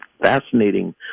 fascinating